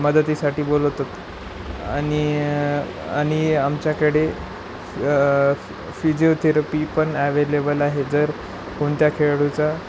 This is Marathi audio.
मदतीसाठी बोलवतो आणि आणि आमच्याकडे फिजिओथेरपी पण ॲवेलेबल आहे जर कोणत्या खेळाडूचा